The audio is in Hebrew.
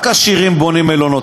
רק עשירים בונים מלונות.